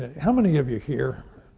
ah how many of you here